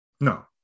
No